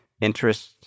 interests